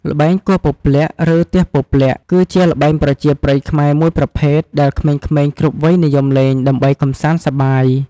ល្បែង គោះពព្លាក់ ឬ ទះពព្លាក់ គឺជាល្បែងប្រជាប្រិយខ្មែរមួយប្រភេទ ដែលក្មេងៗគ្រប់វ័យនិយមលេង ដើម្បីកម្សាន្តសប្បាយ។